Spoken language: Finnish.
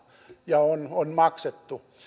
ja on on maksettu